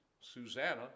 Susanna